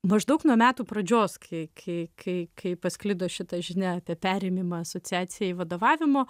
maždaug nuo metų pradžios kai kai kai kai pasklido šita žinia apie perėmimą asociacijai vadovavimo